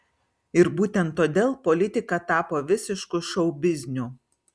ir būtent todėl politika tapo visišku šou bizniu